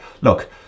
look